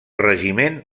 regiment